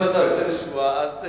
אם אתה רוצה לשמוע, אז תקשיב.